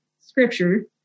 scripture